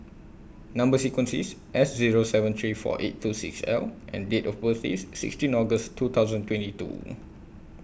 Number sequence IS S Zero seven three four eight two six L and Date of birth IS sixteen August two thousand twenty two